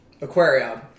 aquarium